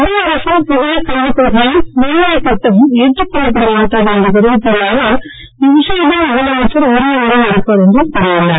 மத்திய அரசின் புதிய கல்விக் கொள்கையின் மும்மொழித் திட்டம் ஏற்றுக் கொள்ளப்பட மாட்டாது என்றட தெரிவித்துள்ள அவர் இவ்விஷயத்தில் முதலமைச்சர் உரிய முடிவு எடுப்பார் என்று கூறியுள்ளார்